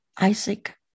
Isaac